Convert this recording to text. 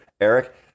Eric